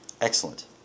Excellent